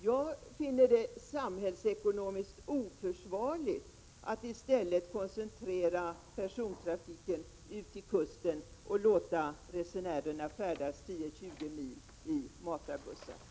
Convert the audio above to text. Jag finner det samhällsekonomiskt oförsvarligt att i stället koncentrera persontrafiken ut till kusten och låta resenärerna färdas 10—20 mil i matarbussar.